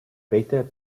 better